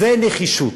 זה נחישות.